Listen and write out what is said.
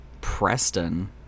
preston